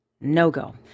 no-go